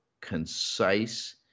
concise